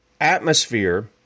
atmosphere